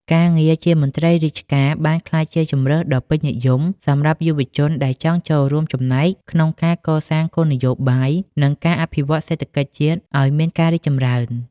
ការងារជាមន្ត្រីរាជការបានក្លាយជាជម្រើសដ៏ពេញនិយមសម្រាប់យុវជនដែលចង់ចូលរួមចំណែកក្នុងការកសាងគោលនយោបាយ និងការអភិវឌ្ឍសេដ្ឋកិច្ចជាតិឱ្យមានការរីកចម្រើន។